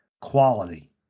quality